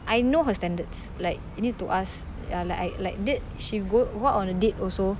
I know her standards like you need to ask ya like I like that she go go out on a date also